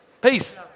Peace